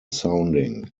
sounding